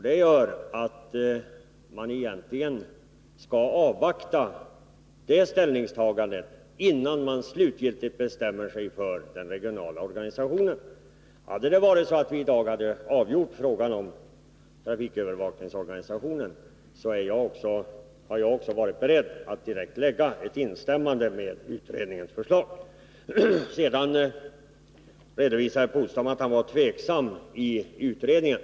Det gör att man egentligen skall avvakta det ställningstagandet innan man slutgiltigt bestämmer sig i fråga om den regionala organisationen. Hade det varit så att vi i dag hade haft att avgöra frågan om trafikövervakningsorganisationen, hade jag också varit beredd att instämma när det gäller utredningens förslag. Sedan redovisade herr Polstam att han var tveksam i utredningen.